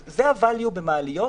אז זה ה-value במעליות,